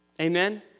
Amen